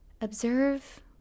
observe